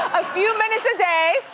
a few minutes a day.